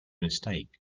mistake